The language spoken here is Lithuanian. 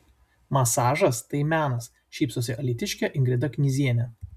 masažas tai menas šypsosi alytiškė ingrida knyzienė